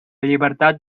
llibertat